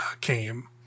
came